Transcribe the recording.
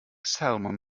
salmon